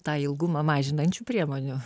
tą ilgumą mažinančių priemonių